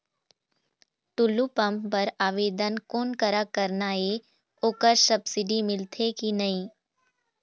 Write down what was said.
Tullu pump बर आवेदन कोन करा करना ये ओकर सब्सिडी मिलथे की नई?